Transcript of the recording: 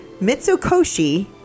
Mitsukoshi